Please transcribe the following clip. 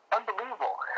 Unbelievable